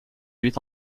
huit